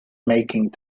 making